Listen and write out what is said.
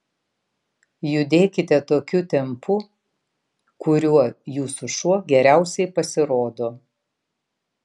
judėkite tokiu tempu kuriuo jūsų šuo geriausiai pasirodo